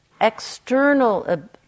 external